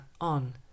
on